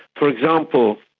for example,